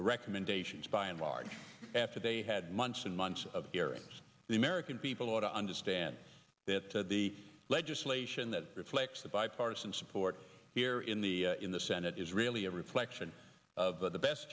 recommendations by and large after they had months and months of hearings the american people ought to understand that the legislation that reflects the bipartisan support here in the in the senate is really a reflection of the best